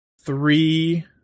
three